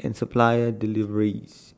and supplier deliveries